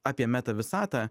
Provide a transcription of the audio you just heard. apie meta visatą